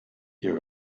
ihr